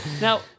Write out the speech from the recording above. Now